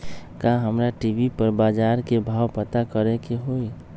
का हमरा टी.वी पर बजार के भाव पता करे के होई?